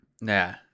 nah